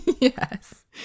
Yes